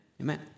Amen